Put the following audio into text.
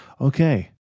okay